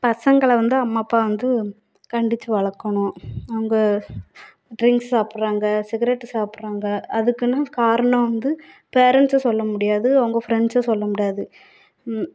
பசங்களை வந்து அம்மா அப்பா வந்து கண்டித்து வளர்க்கணும் அவங்க டிரிங்க்ஸ் சாப்பிடுறாங்க சிகரேட்டு சாப்பிட்றாங்க அதுக்குன்னு காரணம் வந்து பேரெண்ட்ஸ்ஸை சொல்ல முடியாது அவங்க ஃப்ரெண்ட்ஸை சொல்ல முடியாது